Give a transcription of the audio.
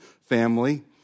family